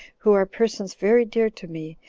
who are persons very dear to me,